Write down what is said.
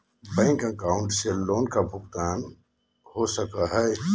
Bank account से loan का भुगतान हो सको हई?